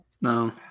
No